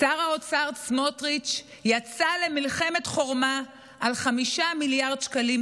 שר האוצר סמוטריץ' יצא למלחמת חורמה על 5 מיליארד שקלים